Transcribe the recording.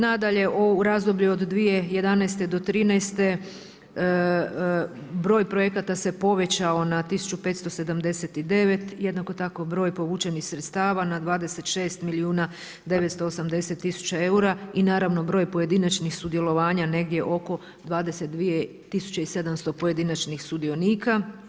Nadalje, u razdoblju od 2011. do 2013. broj projekata se povećao na 1579, jednako tako broj povučenih sredstava na 26 milijuna 980 tisuća eura i naravno broj pojedinačnih sudjelovanja negdje oko 22.700 pojedinačnih sudionika.